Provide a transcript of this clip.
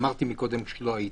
אמרתי מקודם כשלא היית,